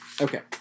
Okay